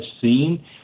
seen